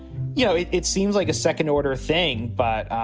you know, it it seems like a second order thing but,